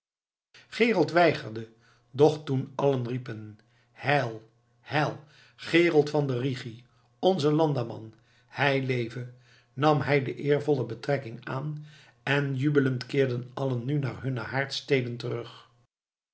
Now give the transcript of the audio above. gerold weigerde doch toen allen riepen heil heil gerold van den rigi onze landamman hij leve nam hij de eervolle betrekking aan en jubelend keerden allen nu naar hunne haardsteden terug